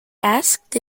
asked